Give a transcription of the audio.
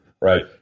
right